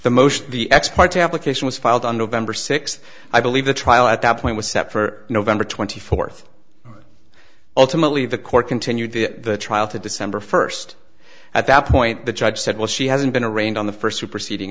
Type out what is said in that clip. the motion the ex parte application was filed on november sixth i believe the trial at that point was set for november twenty fourth ultimately the court continued the trial to december first at that point the judge said well she hasn't been arraigned on the first superseding